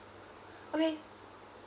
okay